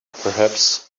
perhaps